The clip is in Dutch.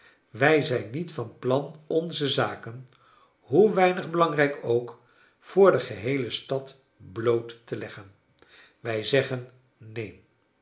wij zijn niet van plan onze zaken hoe weinig belangrijk ook voor de geheele stad bloot te leggen wij zeggen neen